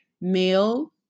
male